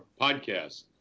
podcast